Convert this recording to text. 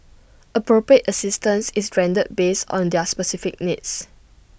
appropriate assistance is rendered based on their specific needs